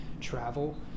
travel